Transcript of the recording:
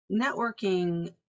networking